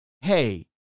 Hey